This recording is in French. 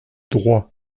droit